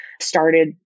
started